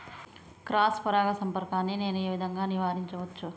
Cross పరాగ సంపర్కాన్ని నేను ఏ విధంగా నివారించచ్చు?